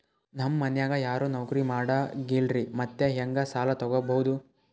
ನಮ್ ಮನ್ಯಾಗ ಯಾರೂ ನೌಕ್ರಿ ಮಾಡಂಗಿಲ್ಲ್ರಿ ಮತ್ತೆಹೆಂಗ ಸಾಲಾ ತೊಗೊಬೌದು?